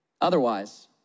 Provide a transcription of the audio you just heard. Otherwise